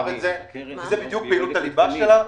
זו בדיוק פעילות הליבה שלה.